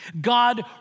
God